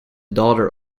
daughter